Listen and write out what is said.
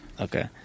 Okay